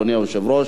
אדוני היושב-ראש,